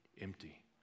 empty